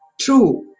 true